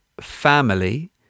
family